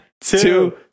two